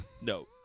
No